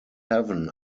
heaven